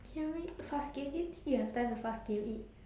can we fast game do you think you have time to fast game eat